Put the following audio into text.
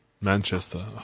Manchester